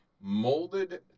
molded